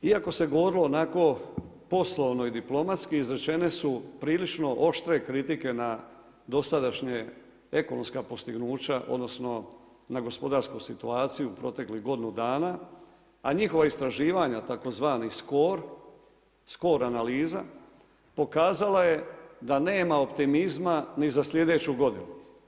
Iako se govorilo onako poslovno i diplomatski, izrečene su prilično oštre kritike na dosadašnja ekonomska postignuća odnosno na gospodarsku situaciju u proteklih godinu dana a njihova istraživanja tzv. skor, skor analiza, pokazala je da nema optimizma ni za slijedeću godinu.